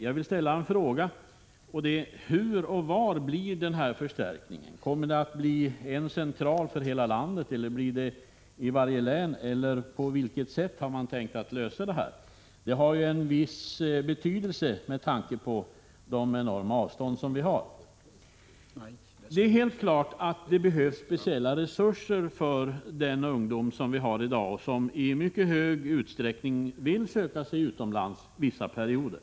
Jag vill ställa en fråga: Hur och var kommer denna förstärkning att ske? Blir det en central för hela landet, kommer det att bedrivas verksamhet i varje län — eller på vilket sätt har man tänkt lösa problemet? Det har en viss betydelse med tanke på de enorma avstånd som vi har. Det är helt klart att det behövs speciella resurser för ungdomen, som i dag i mycket stor utsträckning vill söka sig utomlands under vissa perioder.